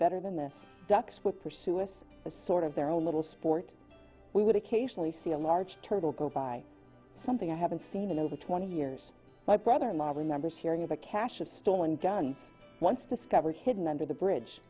better than the ducks would pursue us as sort of their own little sport we would occasionally see a large turtle go by something i haven't seen in over twenty years my brother in law remembers hearing of a cache of stolen gun once discovered hidden under the bridge